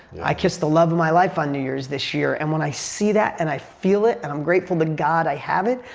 i kissed the love of my life on new year's this year and when i see that and i feel it and i'm grateful to god i have it,